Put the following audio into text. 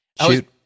Shoot